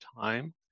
time